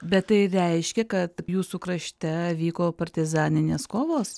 bet tai reiškia kad jūsų krašte vyko partizaninės kovos